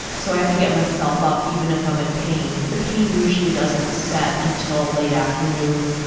so i have to get myself up, even if i'm in pain. but the pain usually doesn't set until late afternoon,